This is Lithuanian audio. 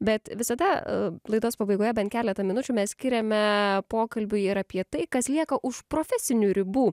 bet visada laidos pabaigoje bent keletą minučių mes skiriame pokalbiui ir apie tai kas lieka už profesinių ribų